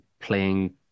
playing